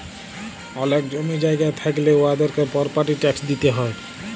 অলেক জমি জায়গা থ্যাইকলে উয়াদেরকে পরপার্টি ট্যাক্স দিতে হ্যয়